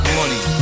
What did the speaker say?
money